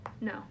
No